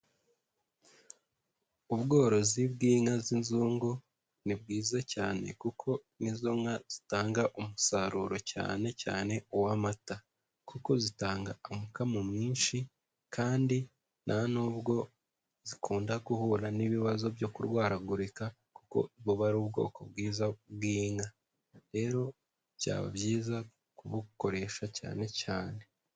Ubworozi bw'inka z'inzungu ni bwiza cyane kuko ni zo nka zitanga umusaruro cyane cyane uw'amata kuko zitanga umukamo mwinshi kandi nta nubwo zikunda guhura n'ibibazo byo kurwaragurika kuko buba ari ubwoko bwiza bw'inka. Rero byaba byiza kubukoresha cyane cyane.